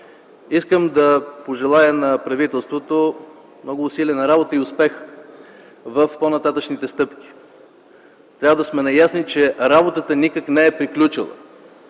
Искам да пожелая на правителството много усилена работа и успех в по-нататъшните стъпки! Трябва да сме наясно, че работата никак не е приключила.